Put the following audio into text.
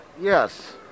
Yes